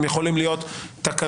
הם יכולים להיות תקנוניים,